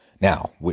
Now